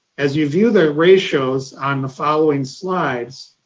as you view the ratios on the following slides,